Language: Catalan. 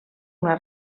una